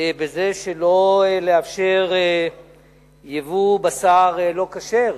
בזה שלא לאפשר ייבוא בשר לא-כשר,